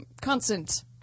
constant